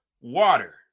water